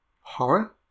horror